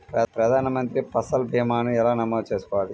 ప్రధాన మంత్రి పసల్ భీమాను ఎలా నమోదు చేసుకోవాలి?